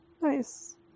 Nice